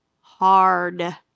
hard